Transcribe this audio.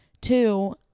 two